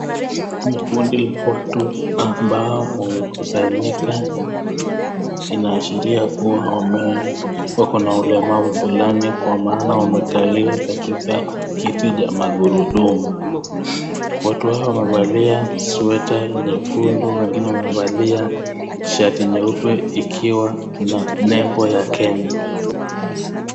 Hii ni kundi la watu ambao wamekusanyika ,inaashiria kuwa wako na ulemavu fulani Kwa maana wamekalia katika kiti cha magurudumu ,watu hawa wamevalia (cs) sweater (cs) nyekundu na wengine wamevalia shati nyeupe ikiwa na nembo ya Kenya.